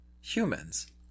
humans